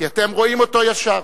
כי אתם רואים אותו ישר.